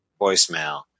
voicemail